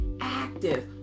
active